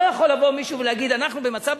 לא יכול לבוא מישהו ולהגיד: אנחנו במצב